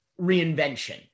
reinvention